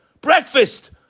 breakfast